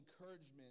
encouragement